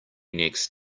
next